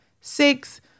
Six